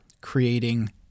creating